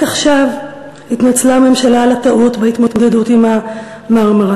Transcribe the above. רק עכשיו התנצלה הממשלה על הטעות בהתמודדות עם ה"מרמרה",